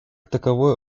таковой